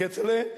כצל'ה,